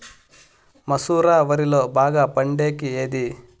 మసూర వరిలో బాగా పండేకి ఏది?